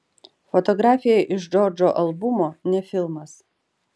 fotografija iš džordžo albumo ne filmas